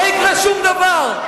לא יקרה שום דבר.